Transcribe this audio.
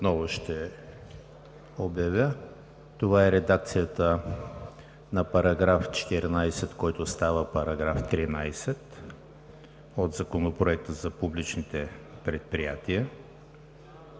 Отново ще обявя – това е редакцията на § 14, който става § 13 от Законопроекта за публичните предприятия,